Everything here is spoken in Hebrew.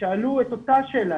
כששאלו את אותה שאלה,